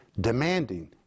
demanding